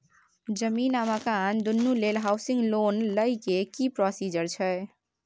जमीन आ मकान दुनू लेल हॉउसिंग लोन लै के की प्रोसीजर छै?